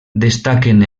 destaquen